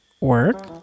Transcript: work